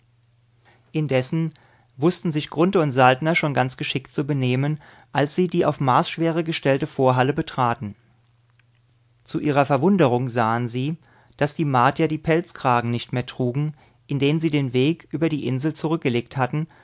indessen wußten sich grunthe und saltner schon ganz geschickt zu benehmen als sie die auf marsschwere gestellte vorhalle betraten zu ihrer verwunderung sahen sie daß die martier die pelzkragen nicht mehr trugen in denen sie den weg über die insel zurückgelegt hatten